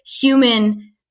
human